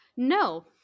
No